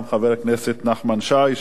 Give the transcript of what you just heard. גם חבר הכנסת נחמן שי,